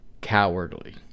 cowardly